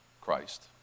Christ